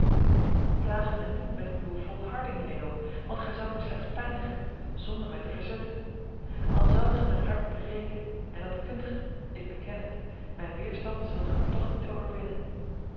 plaag mij niet met uwe volharding leo want gij zoudt mij slechts pijnigen zonder mij te verzetten al zoudt gij mijn hart breken en dat kunt gij ik beken het mijn weerstand zult gij toch niet overwinnen